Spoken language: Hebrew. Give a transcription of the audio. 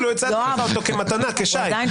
לדעתי אפילו הצעתי לך אותו כמתנה, כשי.